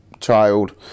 child